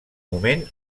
moment